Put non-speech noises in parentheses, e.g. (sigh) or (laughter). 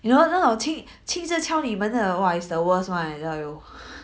you know 那种亲亲自敲你门那种哇 it's the worse one I tell you (noise)